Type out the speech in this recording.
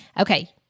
Okay